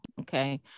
Okay